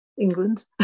England